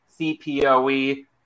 CPOE